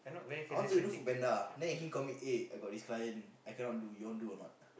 I want to do FoodPanda then call me eh I got this client I cannot do you want do or not